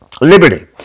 Liberty